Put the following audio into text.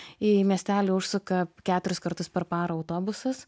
į miestelį užsuka keturis kartus per parą autobusas